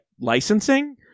licensing